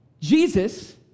Jesus